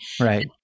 Right